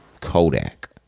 Kodak